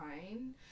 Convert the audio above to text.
fine